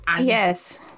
Yes